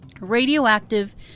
Radioactive